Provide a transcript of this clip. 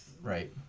right